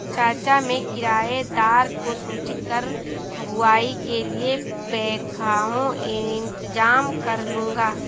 चाचा मैं किराएदार को सूचित कर बुवाई के लिए बैकहो इंतजाम करलूंगा